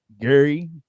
gary